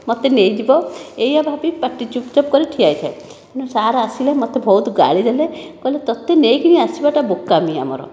ମୋତେ ନେଇଯିବ ଏୟା ଭାବି ପାଟି ଚୁପ ଚାପ କରି ଠିଆ ହୋଇଥାଏ ସାର୍ ଆସିଲେ ମୋତେ ବହୁତ ଗାଳି ଦେଲେ କହିଲେ ତୋତେ ନେଇକରି ଆସିବା ଟା ବୋକାମୀ ଆମର